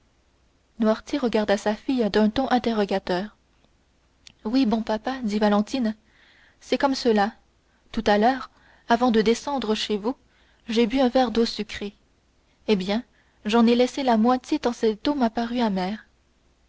noirtier regarda sa fille d'un ton interrogateur oui bon papa dit valentine c'est comme cela tout à l'heure avant de descendre chez vous j'ai bu un verre d'eau sucrée eh bien j'en ai laissé la moitié tant cette eau m'a paru amère